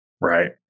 Right